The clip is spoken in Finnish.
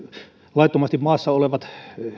laittomasti maassa olevat